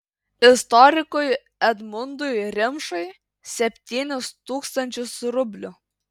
istorikui edmundui rimšai septynis tūkstančius rublių